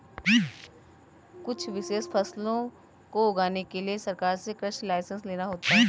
कुछ विशेष फसलों को उगाने के लिए सरकार से कृषि लाइसेंस लेना होता है